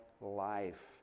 life